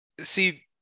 see